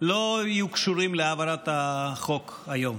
לא יהיו קשורים להעברת החוק היום.